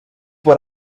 what